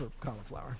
cauliflower